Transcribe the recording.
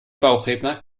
bauchredner